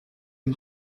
une